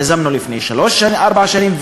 יזמנו לפני ארבע שנים,